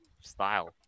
style